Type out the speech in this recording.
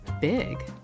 big